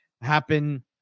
happen